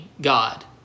God